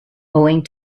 owing